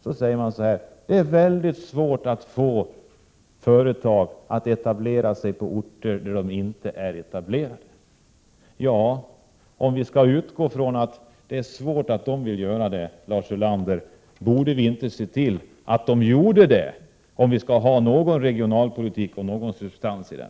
Då blev svaret: Det är väldigt svårt att få företag att etablera sig där de inte redan är etablerade. Om det är så svårt, Lars Ulander, borde vi inte då se till att företagen gjorde det, om vi skall ha någon substans i regionalpolitiken?